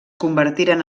convertiren